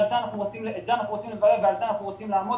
את זה אנחנו רוצים לברר ועל זה אנחנו רוצים לעמוד.